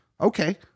Okay